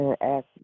ask